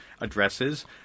addresses